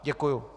Děkuju.